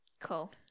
Cool